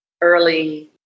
early